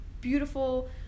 beautiful